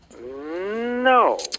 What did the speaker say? No